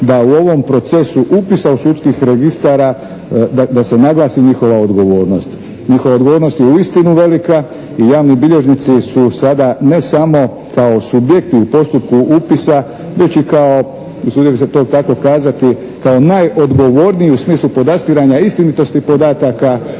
da u ovom procesu upisa u sudskih registara, da se naglasi njihova odgovornost. Njihova odgovornost je uistinu velika i javni bilježnici su sada ne samo kao subjekti u postupku upisa već i kao, usudio bih se to tako kazati, kao najodgovorniji u smislu podastiranja istinitosti podataka.